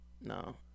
No